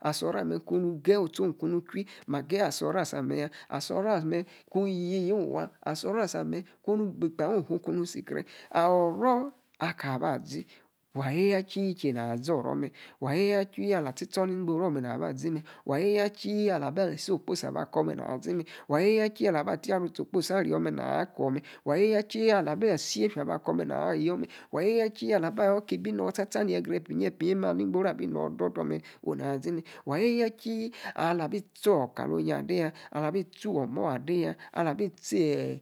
Asi oro me', kung gayiut song chuai. Ma geye oro ame' ya kung ye yong wa asi oro ame', kunu be ikpang ong fu kun sikra. Oro, aka ba zi, wa yeiya tsi ke' naah zoro me. Wa yeiya tsi, aliachi chor ni'ngboru oor me' naa' zi oro me'. Wa ye, ya tsi alia tsitsor ning boru oor me na zi me. Wa yeiya tsi alabila Asi okposi abakor me' nawor azi me. Wa yeiya tsi alabi'a atiarutsi okposi arior me', onung na woor azi me. Wa yeiya tsi alabila tia ara Asi okposi arior me na kworme hla ye ya tsi alabir sofia bakor me naawonyo ayo melala ye ya Asi alaba your nimbicnor toa ni yegra epa inyiyi me', ningboru abi nor dor dor me' omung ma zi me! wa yei ya chi alabi tsor awo kalo'nyor ade ya alabiltso omuor ade ya, alabi chii